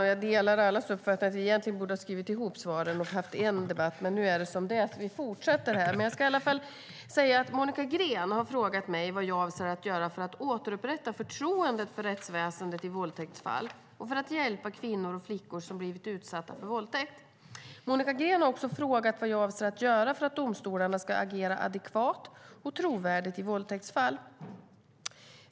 Herr talman! Monica Green har frågat mig vad jag avser att göra för att återupprätta förtroendet för rättsväsendet i våldtäktsfall och för att hjälpa kvinnor och flickor som blivit utsatta för våldtäkt. Monica Green har också frågat vad jag avser att göra för att domstolarna ska agera adekvat och trovärdigt i våldtäktsfall.